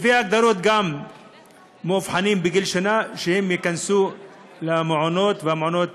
לפי ההגדרות גם המאובחנים בגיל שנה ייכנסו למעונות והמעונות